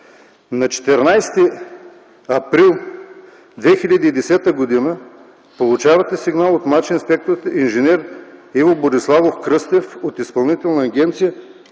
На 14 април 2010 г. получавате сигнал от младши инспектор инж. Иво Бориславов Кръстев от Изпълнителна агенция